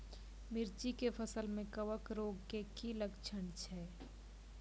मिर्ची के फसल मे कवक रोग के की लक्छण छै?